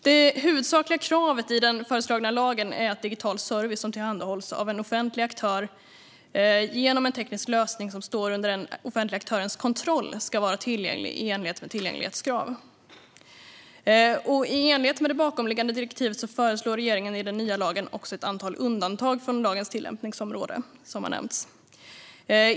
Det huvudsakliga kravet i den föreslagna lagen är att digital service som tillhandahålls av en offentlig aktör genom en teknisk lösning som står under den offentliga aktörens kontroll ska vara tillgänglig i enlighet med tillgänglighetskrav. I enlighet med det bakomliggande direktivet föreslår regeringen i den nya lagen ett antal undantag från lagens tillämpningsområde, vilket har nämnts.